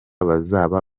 bazaba